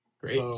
Great